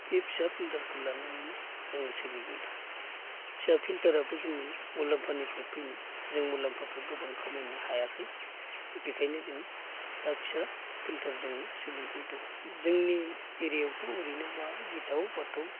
बे फिसा फिल्टारखौ लानानैनो जों सोलिबाय दं फिसा फिल्टाराबो जोंनि मुलाम्फानिफ्राय फैनाय जों मुलाम्फाखौ गोबां खामायनो हायाखै बिखायनो जों दा फिसा फिल्टारजोंनो सोलिबाय दं जोंनि एरियायावथ' ओरैनो बा गिथाव बाथाव